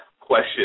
question